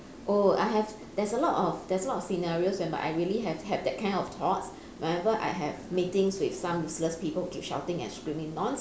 oh I have there's a lot of there's a lot of scenarios whereby that I really have had that kind of thoughts whenever I have meetings with some useless people that keep shouting and screaming non